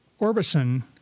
Orbison